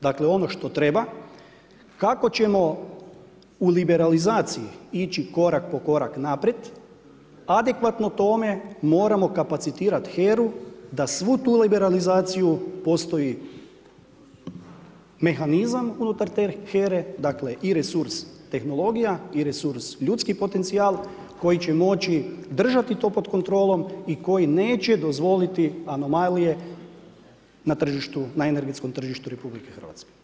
Dakle, ono što treba kako ćemo u liberalizaciji ići korak po korak naprijed, adekvatno tome, moramo kapacitirati HERA-u da svu tu liberalizaciju, postoji mehanizam unutar te HERA-e dakle i resurs tehnologija i resurs ljudskih potencijala koji će moći držati to pod kontrolom i koji neće dozvoliti anomalije na energetskom tržištu RH.